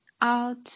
out